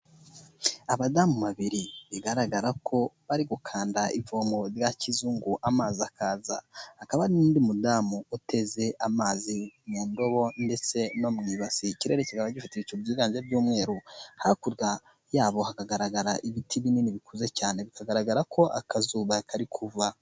Abadamu babiri bigaragara ko bari gukanda ivomo rya kizungu amazi akaza, hakaba hari n'undi mudamu uteze amazi mu ndobo ndetse no mu ibasi, ikirere kikaba gifite ibicu byiganje by'umweru, hakurya yabo hakagaragara ibiti binini bikuze cyane, bikagaragara ko akazuba kari kuva.